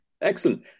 Excellent